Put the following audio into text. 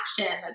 action